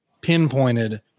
pinpointed